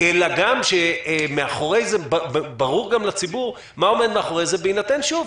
אלא שברור גם לציבור מה עומד מאחורי זה בהינתן שוב,